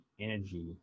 energy